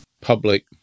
public